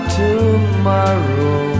tomorrow